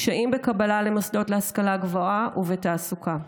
קשיים בקבלה למוסדות להשכלה גבוהה ובתעסוקה.